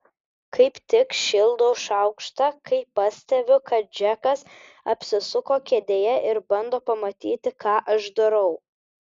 kaip tik šildau šaukštą kai pastebiu kad džekas apsisuko kėdėje ir bando pamatyti ką aš darau